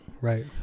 right